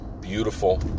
beautiful